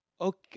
Okay